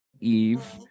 Eve